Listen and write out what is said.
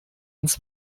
ins